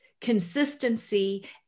consistency